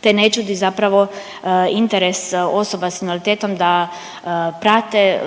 te ne čudi zapravo interes osoba s invaliditetom da prate